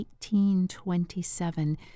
1827